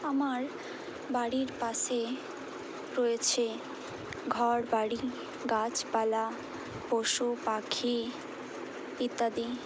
আমার বাড়ির পাশে রয়েছে ঘর বাড়ি গাছপালা পশুপাখি ইত্যাদি